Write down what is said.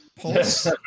Pulse